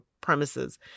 premises